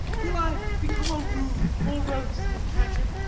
till i become a rude, morose companion,